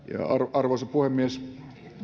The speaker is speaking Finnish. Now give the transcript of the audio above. arvoisa puhemies